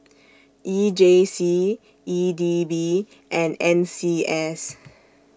E J C E D B and N C S